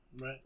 right